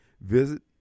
Visit